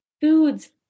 foods